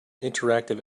interactive